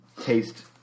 taste